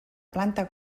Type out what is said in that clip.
planta